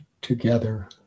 together